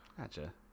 Gotcha